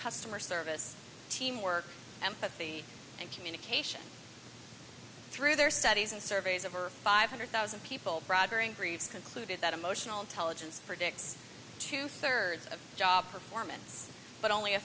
customer service teamwork empathy and communication through their studies and surveys over five hundred thousand people bribery and briefs concluded that emotional intelligence predicts two thirds of job performance but only a